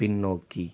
பின்னோக்கி